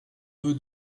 peu